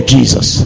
Jesus